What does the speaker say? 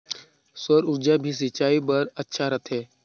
सौर ऊर्जा भी सिंचाई बर अच्छा रहथे?